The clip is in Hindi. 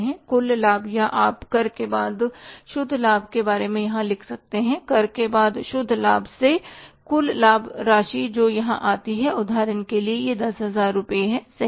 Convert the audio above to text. कुल लाभ या आप कर के बाद शुद्ध लाभ के रूप में यहाँ लिख सकते हैं कर के बाद शुद्ध लाभ से कुल लाभ राशि जो भी यहाँ आती है उदाहरण के लिए यह 10000 रुपये है सही है